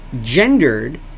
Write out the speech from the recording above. gendered